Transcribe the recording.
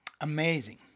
Amazing